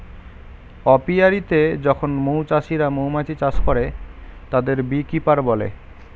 অপিয়া রীতে যখন মৌ চাষিরা মৌমাছি চাষ করে, তাদের বী কিপার বলে